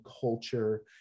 culture